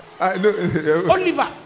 Oliver